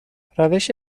روش